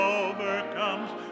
overcomes